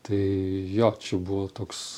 tai jo čia buvo toks